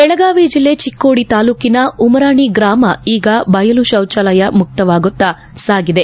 ಬೆಳಗಾವಿ ಜಿಲ್ಲೆ ಚಿಕ್ಕೋಡಿ ತಾಲೂಕಿನ ಉಮರಾಣಿ ಗ್ರಾಮ ಈಗ ಬಯಲು ಶೌಚಾಲಯ ಮುಕ್ತವಾಗುವತ್ತ ಸಾಗಿದೆ